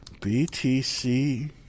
btc